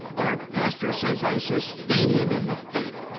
our pastor says i sustain him in the faith!